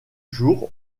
jour